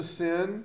sin